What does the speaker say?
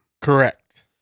correct